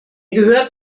gehört